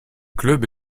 club